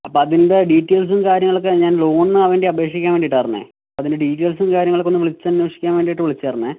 അപ്പോൾ അതിൻ്റെ ഡീറ്റെയിൽസും കാര്യങ്ങളൊക്കെ ഞാൻ ലോണിനു വേണ്ടി അപേക്ഷിക്കാൻ വേണ്ടിയിട്ടായിരുന്നു അതിൻ്റെ ഡീറ്റെയിൽസും കാര്യങ്ങളൊക്കെ ഒന്ന് വിളിച്ചന്വേഷിക്കാൻ വേണ്ടിയിട്ട് വിളിച്ചതാരുന്നേ